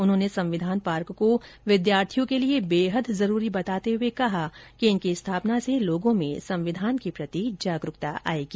उन्होंने संविधान पार्क को विद्यार्थियों के लिए बेहद जरूरी बताते हुए कहा कि इनकी स्थापना से लोगों में संविधान के प्रति जागरूकता आएगी